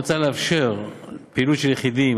מוצע לאפשר פעילות של יחידים,